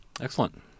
Excellent